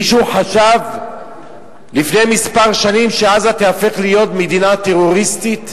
מישהו חשב לפני כמה שנים שעזה תיהפך להיות מדינה טרוריסטית,